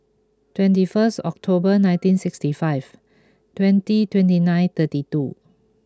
twenty first October nineteen sixty five twenty twenty nine thirty two